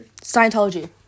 Scientology